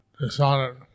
dishonored